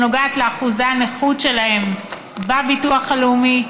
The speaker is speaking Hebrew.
שנוגעת לאחוזי הנכות שלהם בביטוח לאומי,